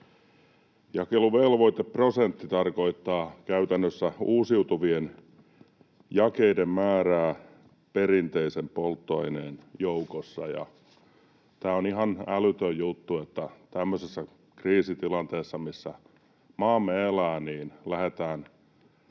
Jakeluvelvoiteprosentti tarkoittaa käytännössä uusiutuvien jakeiden määrää perinteisen polttoaineen joukossa, ja on ihan älytön juttu, että tämmöisessä kriisitilanteessa, missä maamme elää, lähdetään